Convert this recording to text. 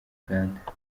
uganda